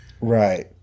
Right